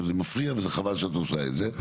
וזה מפריע וזה חבל שאת עושה את זה.